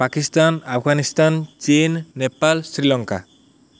ପାକିସ୍ତାନ ଆଫଗାନିସ୍ତାନ ଚୀନ୍ ନେପାଳ ଶ୍ରୀଲଙ୍କା